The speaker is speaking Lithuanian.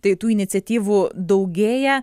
tai tų iniciatyvų daugėja